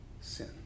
sin